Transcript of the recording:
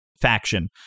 faction